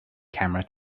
camera